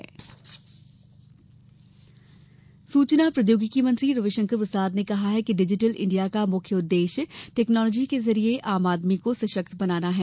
digital India सूचना प्रौद्योगिकी मंत्री रविशंकर प्रसाद ने कहा है कि डिजिटल इंडिया का मुख्य उददेश्य टेक्नोलॉजी के जरिए आम आदमी को सशक्त बनाना है